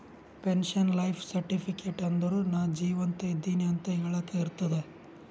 pension life certificate ಅಂದುರ್ ನಾ ಜೀವಂತ ಇದ್ದಿನ್ ಅಂತ ಹೆಳಾಕ್ ಇರ್ತುದ್